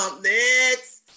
next